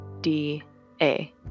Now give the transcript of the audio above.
D-A